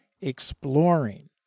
exploring